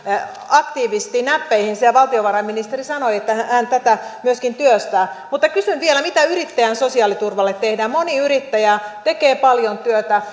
aktiivisesti näppeihinsä ja valtiovarainministeri sanoi että hän tätä myöskin työstää mutta kysyn vielä mitä yrittäjän sosiaaliturvalle tehdään moni yrittäjä tekee paljon työtä